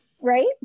Right